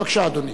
בבקשה, אדוני.